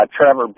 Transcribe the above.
Trevor